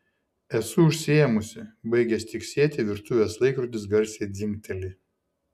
esu užsiėmusi baigęs tiksėti virtuvės laikrodis garsiai dzingteli